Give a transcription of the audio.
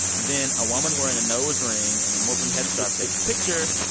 then a woman wearing a nose ring and a muslim headscarf takes a picture,